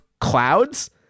clouds